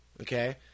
okay